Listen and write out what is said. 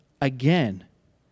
again